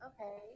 Okay